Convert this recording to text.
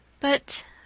But